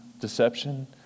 deception